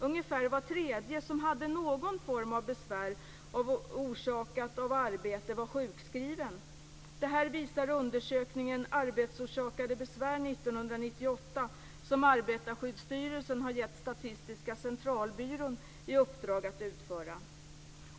Ungefär var tredje som hade någon form av besvär orsakat av arbete var sjukskriven. Detta visar undersökningen Arbetsorsakade besvär 1998 som Arbetarskyddsstyrelsen har gett Statistiska centralbyrån i uppdrag att utföra.